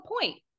point